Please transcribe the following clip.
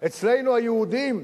אצלנו, היהודים,